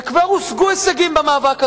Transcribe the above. וכבר הושגו הישגים במאבק הזה.